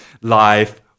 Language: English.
life